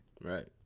Right